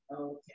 Okay